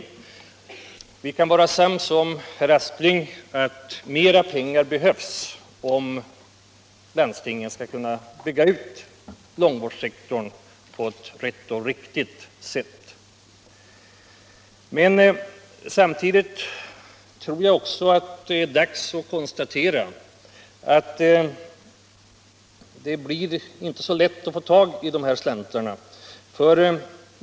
Herr Aspling och jag kan nog vara sams om att mera pengar behövs, om landstingen skall kunna bygga ut långvårdssektorn på ett rätt och riktigt sätt. Emellertid är det väl också dags att konstatera att det inte blir så lätt att få tag i de här slantarna.